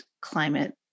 climate